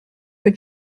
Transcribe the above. que